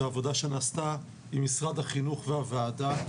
העבודה שנעשתה עם משרד החינוך והוועדה שלנו.